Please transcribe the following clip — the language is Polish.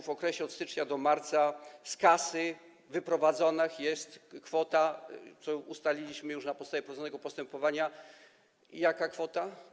W okresie od stycznia do marca z kasy wyprowadzona jest, co ustaliliśmy już na podstawie prowadzonego postępowania, jaka kwota?